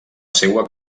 seua